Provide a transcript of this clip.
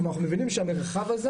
כלומר אנחנו מבינים שהמרחב הזה